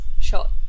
shot